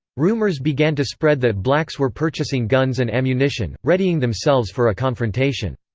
rumors began to spread that blacks were purchasing guns and ammunition, readying themselves for a confrontation.